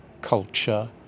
culture